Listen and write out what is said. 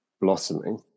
blossoming